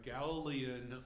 Galilean